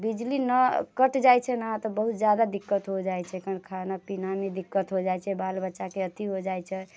बिजली ने कटि जाइत छै ने बहुत ज्यादा दिक्कत हो जाइत छैखन खाना पीनामे दिक्कत हो जाइत छै बाल बच्चाके अथी हो जाइत छै